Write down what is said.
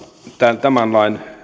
tämän tämän lain